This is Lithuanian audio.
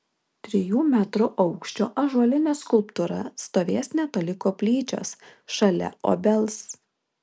trijų metrų aukščio ąžuolinė skulptūra stovės netoli koplyčios šalia obels